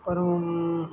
அப்புறம்